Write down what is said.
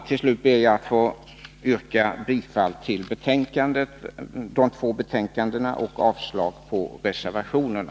Till slut ber jag att få yrka bifall till utskottets hemställan i de två betänkandena och avslag på reservationerna.